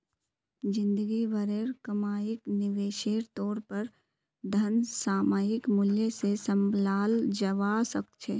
जिंदगी भरेर कमाईक निवेशेर तौर पर धन सामयिक मूल्य से सम्भालाल जवा सक छे